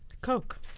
Coke